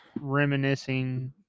Reminiscing